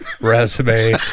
resume